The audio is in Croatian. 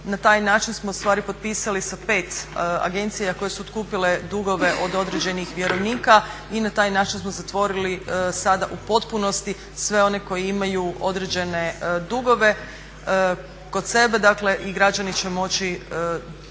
Na taj način smo ustvari potpisali sa 5 agencija koje su otkupile dugove od određenih vjerovnika i na taj način smo zatvorili sada u potpunosti sve one koji imaju određene dugove kod sebe, dakle i građani će moći